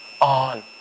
on